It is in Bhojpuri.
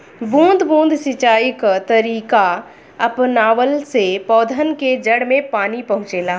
बूंद बूंद सिंचाई कअ तरीका अपनवला से पौधन के जड़ में पानी पहुंचेला